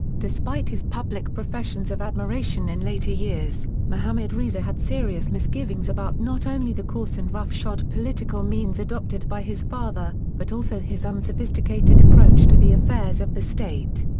despite his public professions of admiration in later years, mohammad reza had serious misgivings about not only the coarse and roughshod political means adopted by his father, but also his unsophisticated approach to the affairs of the state.